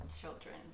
children